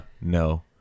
no